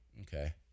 Okay